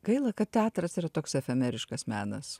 gaila kad teatras yra toks efemeriškas menas